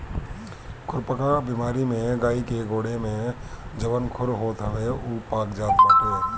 खुरपका बेमारी में गाई के गोड़े में जवन खुर होत हवे उ पाक जात बाटे